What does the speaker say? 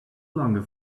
longer